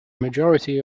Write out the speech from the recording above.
majority